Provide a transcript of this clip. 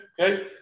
Okay